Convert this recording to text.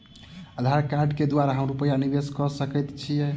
आधार कार्ड केँ द्वारा हम रूपया निवेश कऽ सकैत छीयै?